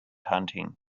hunting